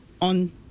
on